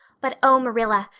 but oh, marilla,